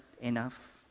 enough